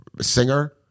singer